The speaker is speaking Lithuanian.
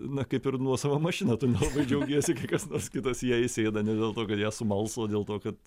na kaip ir nuosava mašina tu nelabai džiaugiesi kai kas nors kitas į ją įsėda ne dėl to kad ją sumals o dėl to kad